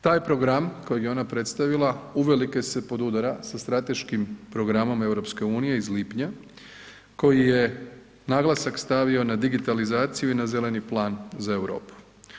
Taj program kojeg je ona predstavila uvelike se podudara sa Strateškim programom EU iz lipnja koji je naglasak stavio na digitalizaciju i na zeleni plan za Europu.